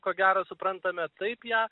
ko gero suprantame taip ją